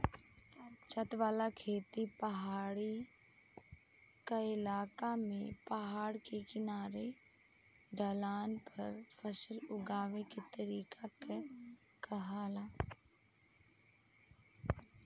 छत वाला खेती पहाड़ी क्इलाका में पहाड़ के किनारे ढलान पर फसल उगावे के तरीका के कहाला